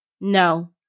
no